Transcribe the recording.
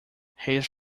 his